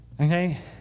Okay